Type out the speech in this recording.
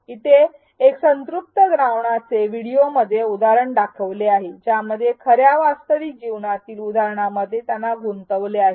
इथे एक संतृप्त द्रावणाचे व्हिडिओ मध्ये उदाहरण दाखविले आहे ज्यामध्ये खऱ्या वास्तविक जीवनातील उदाहरणामध्ये त्यांना गुंतवले आहे